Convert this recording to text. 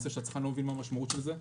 כשהצרכן לא מבין מה המשמעות של זה,